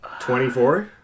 24